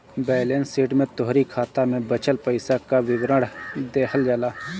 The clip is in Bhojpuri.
बैलेंस शीट में तोहरी खाता में बचल पईसा कअ विवरण देहल जाला